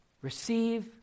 Receive